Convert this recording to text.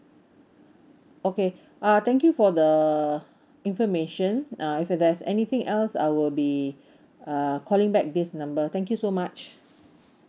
okay uh thank you for the information uh if there's anything else I will be uh calling back this number thank you so much